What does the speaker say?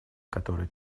который